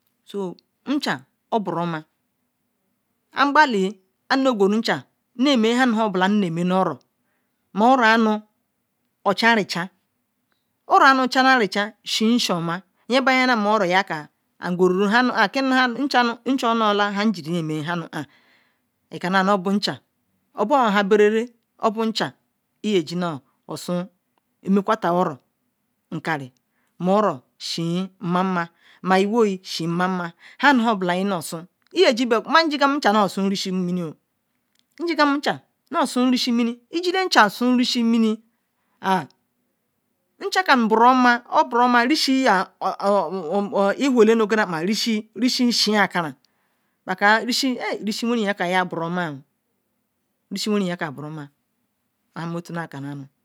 Sonchan oboroma an guru lnunbola an ne mel nu oro an gururu nchan ma oro nu charichan oro amu chanari chan oshin ma ma yin bilam oro omu oka oro anu ne shin koma anu gwurukeini nchan mulla han guru mel han nu an ika na nunu chan obol han berele obochan lye ji suoro mekwatar oro ma oro shin mmama lwoye shin mmama ma ijigal nchan nu sun rish im mini miyin nji gel nchan nu sun rishim mini iji nchan sun rishi mini lwhela nu akoan rishi shin akaran ba kai a rishi wenri yenka buroma rishi wenerika broma oh an mootunakanu